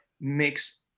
makes